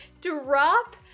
drop